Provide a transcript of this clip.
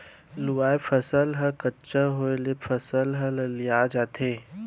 लूवाय फसल ह कच्चा होय ले फसल ह ललिया जाथे